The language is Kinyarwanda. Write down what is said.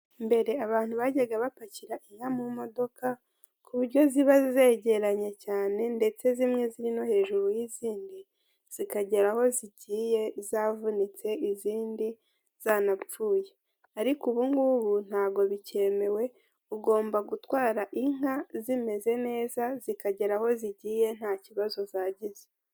Mbere abantu bajyagà bapakira inka mu modoka kuburyo ziba zegeranye cyane ndetse zimwe ziri no hejuru y'izindi zikagera aho zigiye zimwe zavunitse, izindi zanapfuye, ariko ubu ngubu ntabwo bikemewe, ugomba gutwara inka zimeze neza, zikagera aho zigiye nta kibazo zagize,